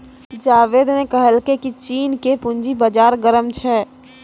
जावेद ने कहलकै की चीन के पूंजी बाजार गर्म छै